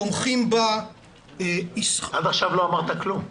תומכים בה --- עד עכשיו לא אמרת כלום.